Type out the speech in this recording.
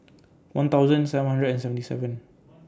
one thousand seven hundred and seventy seven